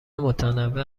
متنوع